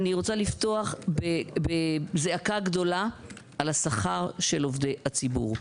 אני רוצה לפתוח בזעקה גדולה על השכר של עובדי הציבור.